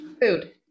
Food